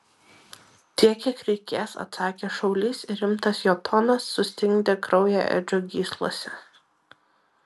tiek kiek reikės atsakė šaulys ir rimtas jo tonas sustingdė kraują edžio gyslose